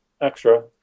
extra